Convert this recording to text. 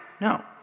no